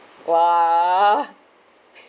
!wah!